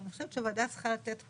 אני חושבת שהוועדה צריכה לתת פה,